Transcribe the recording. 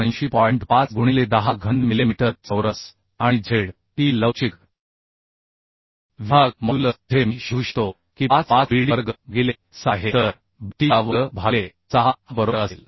5 गुणिले 10 घन मिलिमीटर चौरस आणि झेड ई लवचिक विभाग मॉड्यूलस ze मी शोधू शकतो की 5 5 bd वर्ग भागिले 6 आहे तर b t चा वर्ग भागिले 6 हा बरोबर असेल